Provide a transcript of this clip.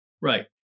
Right